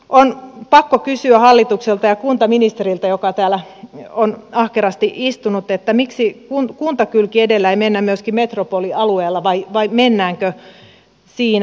on pakko kysyä hallitukselta ja kuntaministeriltä joka täällä on ahkerasti istunut miksi kuntakylki edellä ei mennä myöskin metropolialueella vai mennäänkö siinä